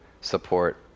support